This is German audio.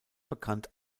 bekannt